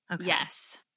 Yes